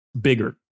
bigger